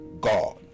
God